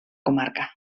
comarca